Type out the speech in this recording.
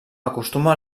acostuma